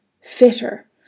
fitter